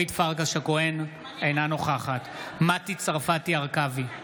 אינה נוכחת מטי צרפתי הרכבי,